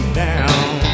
down